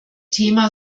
thema